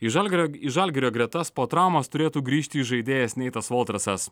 į žalgirio į žalgirio gretas po traumos turėtų grįžti įžaidėjas neitas voltrasas